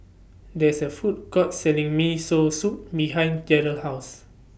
There IS A Food Court Selling Miso Soup behind Gerald's House